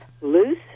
loose